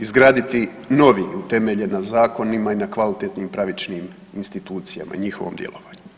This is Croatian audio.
Izgraditi novi utemeljen na zakonima i na kvalitetnim i pravičnim institucijama i njihovom djelovanju.